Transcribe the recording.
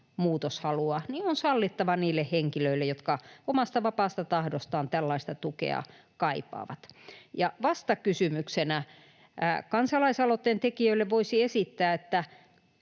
muutoshalua, on sallittava niille henkilöille, jotka omasta vapaasta tahdostaan tällaista tukea kaipaavat. Ja vastakysymyksenä kansalaisaloitteen tekijöille voisi esittää, onko